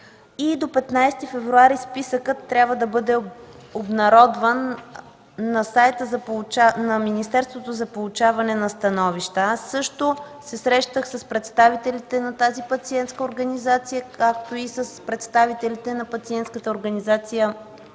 и до 15 февруари списъкът трябва да бъде обнародван на сайта на министерството за получаване на становища. Аз също се срещах с представители на тази пациентска организация, както и с представителите на Пациентската организация